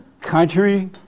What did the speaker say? Country